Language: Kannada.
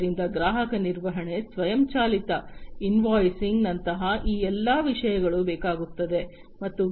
ಆದ್ದರಿಂದ ಗ್ರಾಹಕ ನಿರ್ವಹಣೆ ಸ್ವಯಂಚಾಲಿತ ಇನ್ವಾಯ್ಸಿಂಗ್ನಂತಹ ಈ ಎಲ್ಲ ವಿಷಯಗಳು ಬೇಕಾಗುತ್ತವೆ